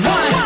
One